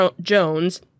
Jones